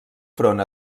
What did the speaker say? front